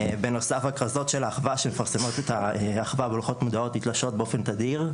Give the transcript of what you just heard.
בנוסף הכרזות של האחווה שמפרסמות את האחווה בלוחות מודעות נתלשות תדיר,